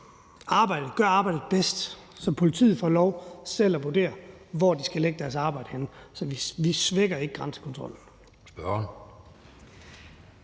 gøres bedst, altså så politiet får lov selv at vurdere, hvor de skal lægge deres arbejde henne. Så vi svækker ikke grænsekontrollen. Kl.